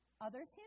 others